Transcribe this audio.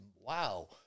wow